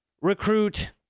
recruit